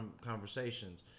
conversations